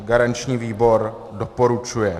Garanční výbor doporučuje.